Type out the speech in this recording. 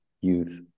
youth